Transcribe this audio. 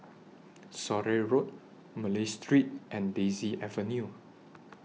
Surrey Road Malay Street and Daisy Avenue